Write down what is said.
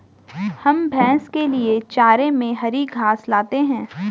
हम भैंस के लिए चारे में हरी घास लाते हैं